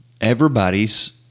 Everybody's